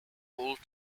old